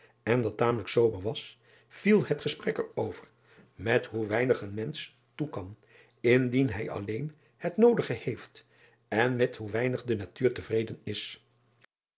en dat tamelijk sober was viel het gesprek er over met hoe weinig een mensch toe kan indien hij alleen het noodige heeft en met hoe weinig de natuur tevreden is